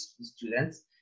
students